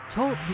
Talk